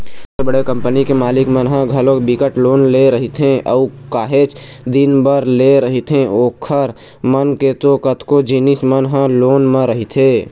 बड़े बड़े कंपनी के मालिक मन ह घलोक बिकट लोन ले रहिथे अऊ काहेच दिन बर लेय रहिथे ओखर मन के तो कतको जिनिस मन ह लोने म रहिथे